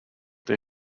they